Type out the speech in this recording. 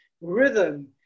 rhythm